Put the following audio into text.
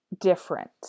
different